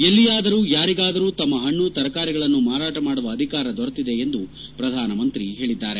ಎಲ್ಲಿಯಾದರೂ ಯಾರಿಗಾದರೂ ತಮ್ಮ ಹಣ್ಣು ತರಕಾರಿಗಳನ್ನು ಮಾರಾಟ ಮಾಡುವ ಅಧಿಕಾರ ದೊರೆತಿದೆ ಎಂದು ಪ್ರಧಾನಮಂತ್ರಿ ಹೇಳಿದ್ದಾರೆ